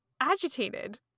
agitated